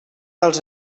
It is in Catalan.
als